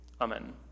Amen